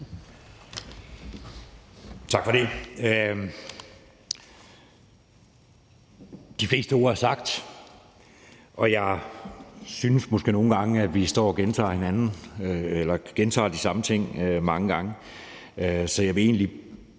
Tak for det.